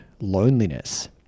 loneliness